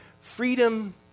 Freedom